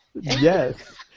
yes